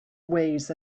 ways